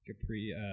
Capri